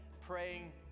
praying